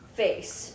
face